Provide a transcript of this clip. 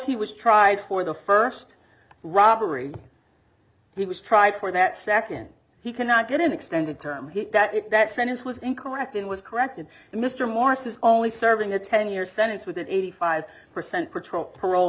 he was tried for the first robbery he was tried for that second he cannot get an extended term he got it that sentence was incorrect and was corrected and mr morris is only serving a ten year sentence with an eighty five percent patrol parole